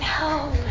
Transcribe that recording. no